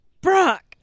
Brock